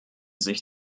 sich